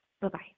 Bye-bye